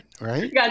right